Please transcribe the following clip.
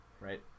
right